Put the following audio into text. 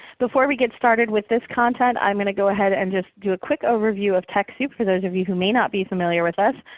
before we get started with this content, i'm going to go ahead and just do a quick overview of techsoup for those of you who may not be familiar with us.